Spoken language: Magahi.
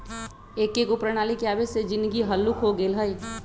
एकेगो प्रणाली के आबे से जीनगी हल्लुक हो गेल हइ